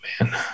man